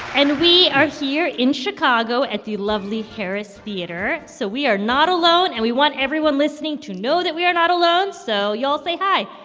and we are here in chicago at the lovely harris theater, so we are not alone. and we want everyone listening to know that we are not alone, so y'all say hi